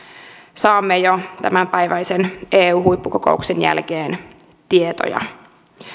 saamme jo tämänpäiväisen eu huippukokouksen jälkeen tietoja